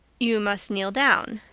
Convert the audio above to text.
you must kneel down,